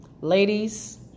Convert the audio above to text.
Ladies